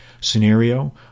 scenario